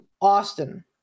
Austin